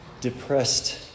depressed